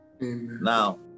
Now